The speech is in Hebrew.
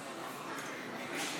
אם כן,